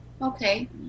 Okay